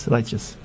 Righteous